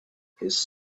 his